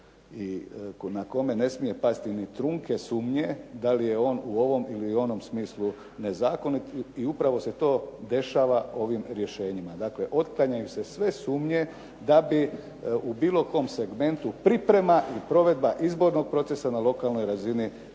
i na kome ne smije pasti ni trunke sumnje da li je on u ovom ili onom smislu nezakonit i upravo se to dešava ovim rješenjima. Dakle, otklanjaju se sve sumnje da bi u bilo kom segmentu priprema i provedba izbornog procesa na lokalnoj razini bio